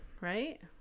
right